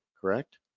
correct